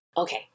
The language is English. Okay